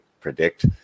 predict